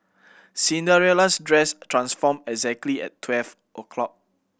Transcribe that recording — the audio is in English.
Cinderella's dress transformed exactly at twelve o'clock